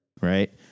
right